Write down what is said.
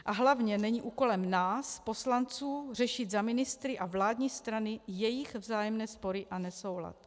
A hlavně není úkolem nás poslanců řešit za ministry a vládní strany jejich vzájemné spory a nesoulad.